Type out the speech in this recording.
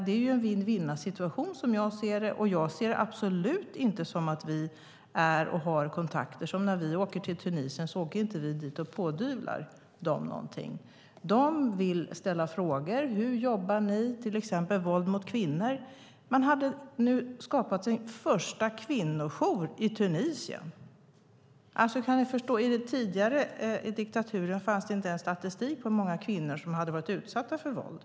Det är en vinna-vinna-situation som jag ser det, och jag ser det absolut inte som att vi när vi åker till Tunisien pådyvlar dem någonting. De vill ställa frågor. Ett exempel är: Hur jobbar ni med våld mot kvinnor? Man har nu skapat den första kvinnojouren i Tunisien. Kan ni förstå? I den tidigare diktaturen fanns det inte ens statistik på hur många kvinnor som hade varit utsatta för våld.